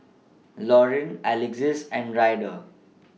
Lauren Alexis and Ryder